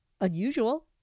unusual